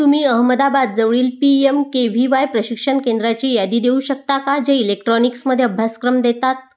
तुम्ही अहमदाबादजवळील P M K V Y प्रशिक्षण केंद्राची यादी देऊ शकता का जे इलेक्ट्रॉनिक्सममध्ये अभ्यासक्रम देतात